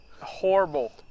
Horrible